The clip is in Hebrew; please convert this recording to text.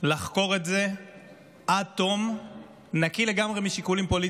לחקור את זה עד תום באופן נקי לגמרי משיקולים פוליטיים.